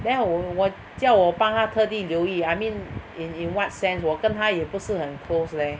then 我叫我帮她特地留意 I mean in in what sense 我跟她也不是很 close leh